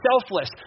selfless